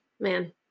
man